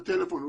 את הטלפון.